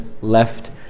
left